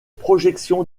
projections